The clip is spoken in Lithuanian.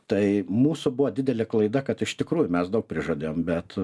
tai mūsų buvo didelė klaida kad iš tikrųjų mes daug prižadėjom bet